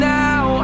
now